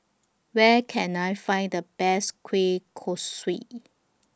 Where Can I Find The Best Kueh Kosui